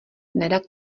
nerad